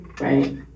right